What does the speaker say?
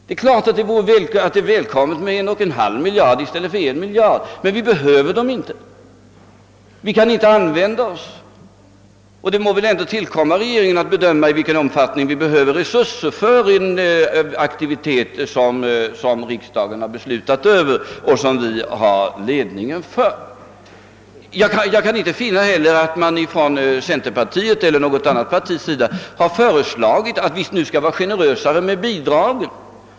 Naturligtvis är det välkommet med 1,5 miljard kronor i stället för 1 miljard, men vi behöver inte mera pengar; vi kan inte använda oss av dem. Och det må väl ändå ankomma på regeringen att bedöma vilka resurser vi behöver för en aktivitet som riksdagen har beslutat om och som vi har ledningen för. Jag kan inte heller finna att man från centerpartiet eller något annat parti har föreslagit att vi skall vara mera generösa med bidrag.